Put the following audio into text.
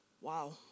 wow